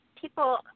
people